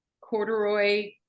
corduroy